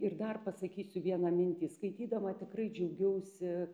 ir dar pasakysiu vieną mintį skaitydama tikrai džiaugiausi